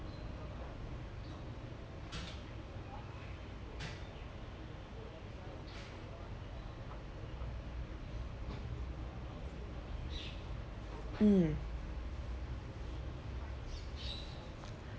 mm